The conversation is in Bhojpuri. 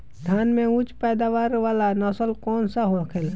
धान में उच्च पैदावार वाला नस्ल कौन सा होखेला?